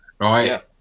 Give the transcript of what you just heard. right